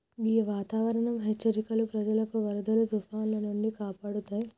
గీ వాతావరనం హెచ్చరికలు ప్రజలను వరదలు తుఫానాల నుండి కాపాడుతాయి